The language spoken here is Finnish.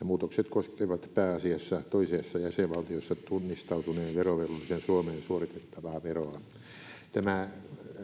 muutokset koskevat pääasiassa toisessa jäsenvaltiossa tunnistautuneen verovelvollisen suomeen suoritettavaa veroa tämä